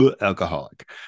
alcoholic